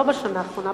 לא לאחרונה,